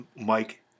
Mike